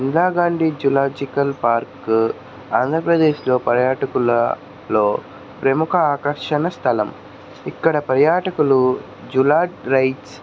Indira Gandhi park ఆంధ్రప్రదేశ్లో పర్యాటకులలో ప్రముఖ ఆకర్షణ స్థలం ఇక్కడ పర్యాటకులు జులా రైడ్స్